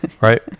right